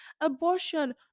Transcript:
abortion